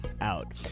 out